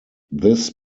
this